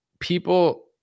people